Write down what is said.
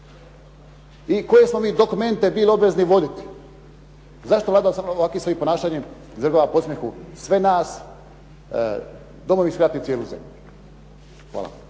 I koje smo mi dokumente bili obvezni voditi. Zašto Vlada ovakvim svojim ponašanjem izvrgava podsmjehu sve nas, Domovinski rat i cijelu zemlju? Hvala.